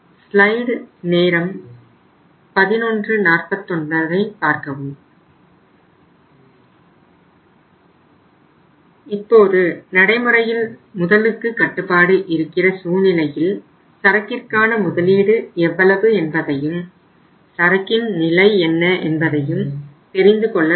carrying இப்போது நடைமுறையில் முதலுக்கு கட்டுப்பாடு இருக்கிற சூழ்நிலையில் சரக்கிற்கான முதலீடு எவ்வளவு என்பதையும் சரக்கின் நிலை என்ன என்பதையும் தெரிந்து கொள்ள வேண்டும்